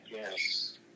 Yes